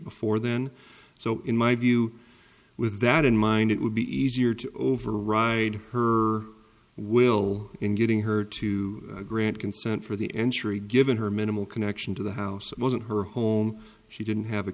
before then so in my view with that in mind it would be easier to override her will in getting her to grant consent for the entry given her minimal connection to the house it wasn't her home she didn't have a